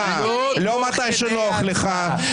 לא מתי שנוח לך.